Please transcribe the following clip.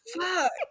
fuck